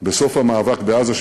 בסוף המאבק בעזה.